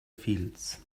fields